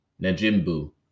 Najimbu